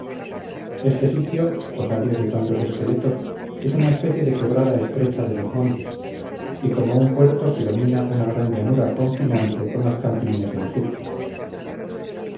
este sitio osario de tantos esqueletos es una especie de quebrada estrecha de los montes y como un puerto que domina una gran llanura confinante con las campiñas del egipto